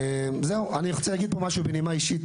אני מבקש להוסיף משהו בנימה אישית,